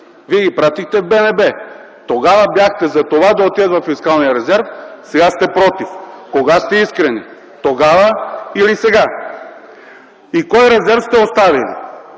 Вие ги пратихте в БНБ. Тогава бяхте „за” това да отидат във фискалния резерв, а сега сте „против”. Кога сте искрени – тогава или сега? (Реплики от КБ.) И кой резерв сте оставили?